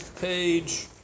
page